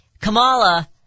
Kamala